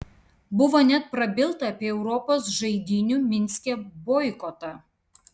buvo net prabilta apie europos žaidynių minske boikotą